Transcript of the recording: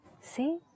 See